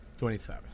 27